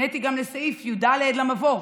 הפניתי גם לסעיף י"ד למבוא,